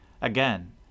Again